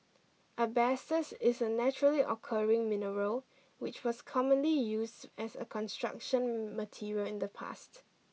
asbestos is a naturally occurring mineral which was commonly used as a construction material in the past